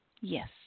Yes